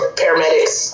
paramedics